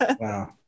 Wow